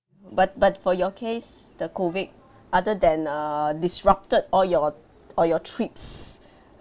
but but for your case the COVID other than err disrupted all your all your trips